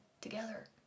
together